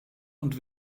und